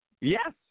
Yes